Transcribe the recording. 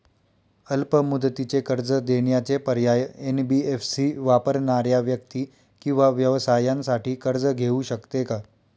अल्प मुदतीचे कर्ज देण्याचे पर्याय, एन.बी.एफ.सी वापरणाऱ्या व्यक्ती किंवा व्यवसायांसाठी कर्ज घेऊ शकते का?